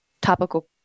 topical